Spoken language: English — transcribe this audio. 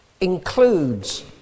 includes